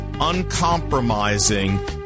uncompromising